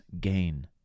gain